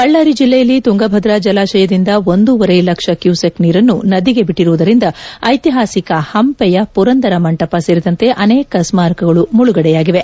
ಬಳ್ಳಾರಿ ಜಿಲ್ಲೆಯಲ್ಲಿ ತುಂಗಭದ್ರಾ ಜಲಾಶಯದಿಂದ ಒಂದೂವರೆ ಲಕ್ಷ ಕ್ಯೂಸೆಕ್ ನೀರನ್ನು ನದಿಗೆ ಬಿಟ್ಟಿರುವುದರಿಂದ ಐತಿಹಾಸಿಕ ಹಂಪೆಯ ಪುರಂದರ ಮಂಟಪ ಸೇರಿದಂತೆ ಅನೇಕ ಸ್ಮಾರಕಗಳು ಮುಳುಗಡೆಯಾಗಿವೆ